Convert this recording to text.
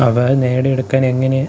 അവ നേടിയെടുക്കാനെങ്ങനെ